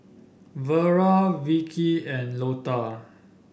Vera Vikki and Lotta